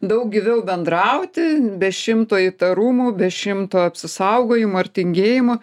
daug gyviau bendrauti be šimto įtarumų be šimto apsisaugojimo ar tingėjimo